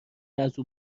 ازاو